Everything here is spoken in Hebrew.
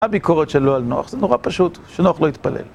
הביקורת שלו על נוח זה נורא פשוט, שנוח לא יתפלל.